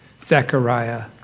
Zechariah